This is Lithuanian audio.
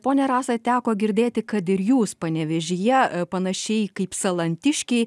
ponia rasa teko girdėti kad ir jūs panevėžyje panašiai kaip salantiškiai